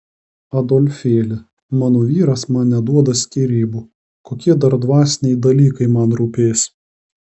adolfėli mano vyras man neduoda skyrybų kokie dar dvasiniai dalykai man rūpės